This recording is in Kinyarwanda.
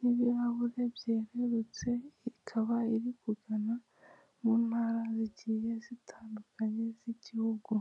n'ibirahure byerurutse ikaba iri kugana mu ntara zigiye zitandukanye z'igihugu.